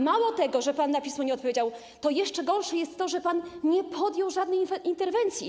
Mało tego, że pan na pismo nie odpowiedział, jeszcze gorsze jest to, że pan nie podjął żadnej interwencji.